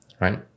right